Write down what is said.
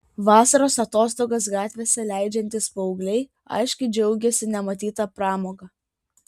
vasaros atostogas gatvėse leidžiantys paaugliai aiškiai džiaugėsi nematyta pramoga